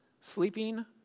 sleeping